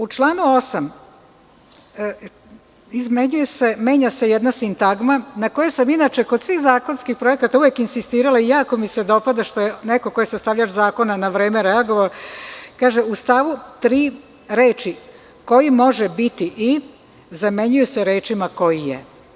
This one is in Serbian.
U članu 8. menja se jedna sintagma na koje sam inače kod svih zakonskih projekata uvek insistirala i jako mi se dopada što je neko ko je sastavljač zakona na vreme reagovao, kaže – u stavu 3. reči „koji može biti i“ zamenjuje se rečima „koji je“